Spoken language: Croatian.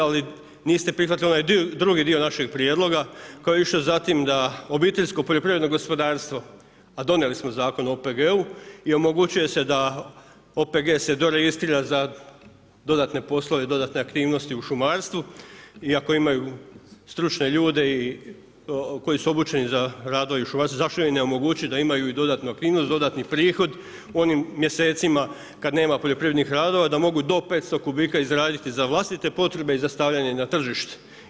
Ali niste prihvatili onaj drugi dio našeg prijedloga koji je išao za tim da obiteljsko poljoprivredno gospodarstvo, a donijeli smo Zakon o OPG-u i omogućuje se da OPG se doregistrira za dodatne poslove i dodatne aktivnosti u šumarstvu i ako imaju stručne ljude koji su obučeni za radove u šumarstvu, zašto im ne omogućiti da imaju i dodatnu aktivnost, dodatni prihod u onim mjesecima kad nema poljoprivrednih radova, da mogu do 500 kubika izraditi za vlastite potrebe i za stavljanje na tržište.